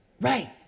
Right